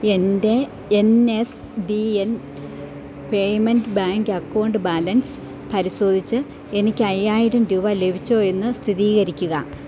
എന്റെ N S D N payment bank account balance പരിശോധിച്ചു എനിക്ക് അയ്യായിരം രൂപ ലഭിച്ചോ എന്ന് സ്ഥിരീകരിക്കുക